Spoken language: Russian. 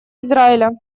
израиля